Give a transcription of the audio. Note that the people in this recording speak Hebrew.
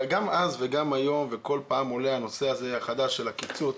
הרי גם אז וגם היום וכל פעם מחדש עולה הנושא הזה של הקיצוץ.